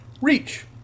Reach